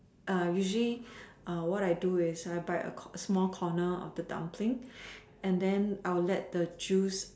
usually what I do is I bite a small corner of the dumpling and then I will let the juice